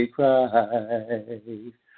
Christ